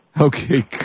Okay